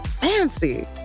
fancy